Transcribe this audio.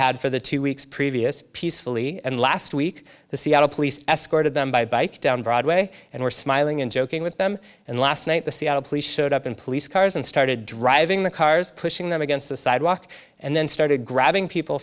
had for the two weeks previous peacefully and last week the seattle police escorted them by bike down broadway and were smiling and joking with them and last night the seattle police showed up in police cars and started driving the cars pushing them against the sidewalk and then started grabbing people